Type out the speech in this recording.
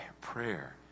prayer